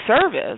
service